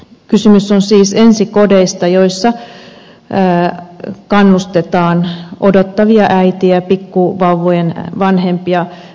kysymys on siis ensikodeista joissa kannustetaan odottavia äitejä pikkuvauvojen vanhempia päihteettömyyteen